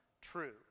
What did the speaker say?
true